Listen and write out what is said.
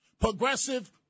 progressive